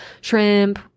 shrimp